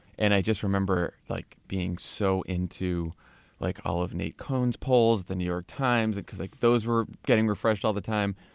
and i just remember like being so into like all of nate cohn's polls, the new york times, because like those were getting refreshed all the time,